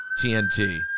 TNT